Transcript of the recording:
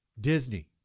Disney